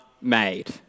made